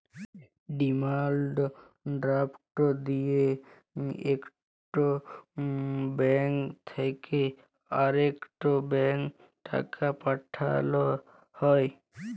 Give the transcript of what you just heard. demand draft দিঁয়ে ইকট bank থ্যাইকে আরেকট ব্যাংকে টাকা পাঠাল হ্যয়